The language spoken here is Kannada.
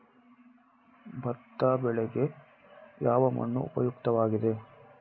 ಭತ್ತದ ಬೆಳೆಗೆ ಯಾವ ಮಣ್ಣು ಉಪಯುಕ್ತವಾಗಿದೆ?